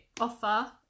offer